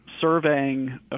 surveying